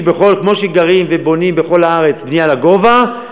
כמו שגרים ובונים בכל הארץ בנייה לגובה,